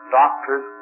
doctors